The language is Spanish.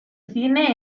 cine